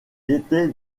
étaient